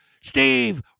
Steve